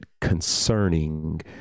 concerning